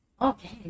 Okay